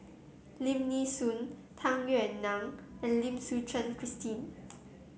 Lim Nee Soon Tung Yue Nang and Lim Suchen Christine